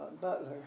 butler